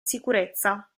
sicurezza